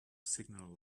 signal